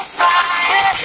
fire